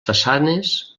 façanes